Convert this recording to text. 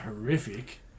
horrific